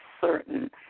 certain